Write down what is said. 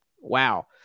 Wow